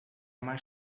mais